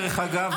דרך אגב,